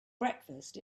breakfast